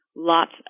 lots